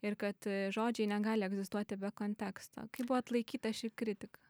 ir kad žodžiai negali egzistuoti be konteksto kaip buvo atlaikyta ši kritika